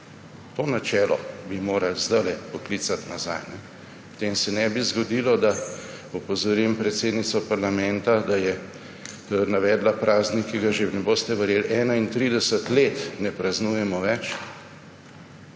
To načelo bi morali zdajle poklicati nazaj. Potem se ne bi zgodilo, da opozorim predsednico parlamenta, da je navedla praznik, ki ga že, ne boste verjeli, 31 let ne praznujemo več,